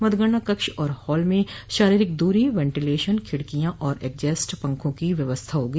मतगणना कक्ष व हाल में शारीरिक दूरी वेंटीलेशन खिड़कियां व एग्जास्ट पंखों की व्यवस्था होगी